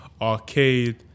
arcade